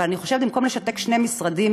אבל אני חושבת שבמקום לשתק שני משרדים,